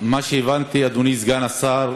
ממה שהבנתי, אדוני סגן השר,